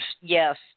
Yes